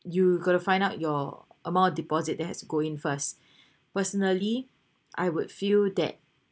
you got to find out your amount of deposit that has go in first personally I would feel that